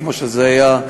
כמו שזה היה,